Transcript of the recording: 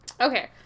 Okay